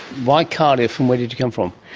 why cardiff, where did you come from?